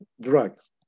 drugs